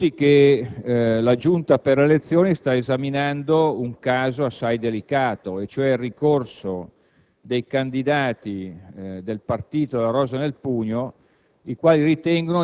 È noto a tutti che la Giunta delle elezioni sta esaminando un caso assai delicato, ossia il ricorso dei candidati del partito della Rosa nel Pugno,